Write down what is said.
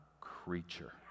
creature